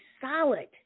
solid